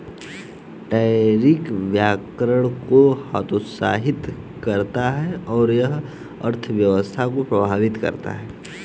tariff व्यापार को हतोत्साहित करता है और यह अर्थव्यवस्था को प्रभावित करता है